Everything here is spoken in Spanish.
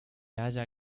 halla